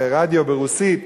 רדיו ברוסית,